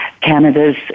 Canada's